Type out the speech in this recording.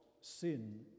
sin